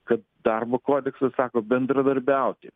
kad darbo kodeksas sako bendradarbiauti